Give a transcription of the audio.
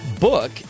book